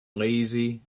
lazy